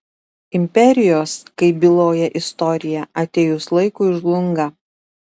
imperijos kaip byloja istorija atėjus laikui žlunga